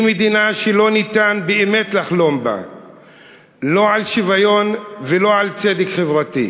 היא מדינה שלא ניתן באמת לחלום בה לא על שוויון ולא על צדק חברתי.